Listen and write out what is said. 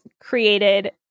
created